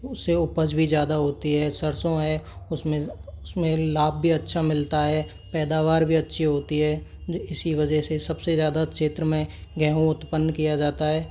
उससे उपज भी ज़्यादा होती है सरसों है उसमें उसमें लाभ भी अच्छा मिलता है पैदावार भी अच्छी होती है इसी वजह से सबसे ज़्यादा क्षेत्र में गेंहूँ उत्पन्न किया जाता है